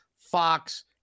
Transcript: Fox